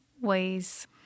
ways